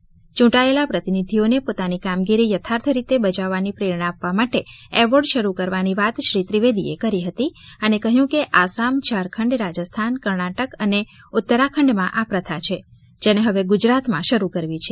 યૂંટાયેલા પ્રતિનિધિઓને પોતાની કામગીરી યથાર્થ રીતે બજાવવાની પ્રેરણા આપવા માટે એવાર્ડ શરૂ કરવાની વાત શ્રી ત્રિવેદી એ કરી હતી અને કહ્યું કે આસામ ઝારખંડ રાજસ્થાન કર્ણાટક અને ઉત્તરાખંડમાં આ પ્રથા છે જેને હવે ગુજરાતમાં શરૂ કરવી છે